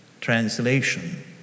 Translation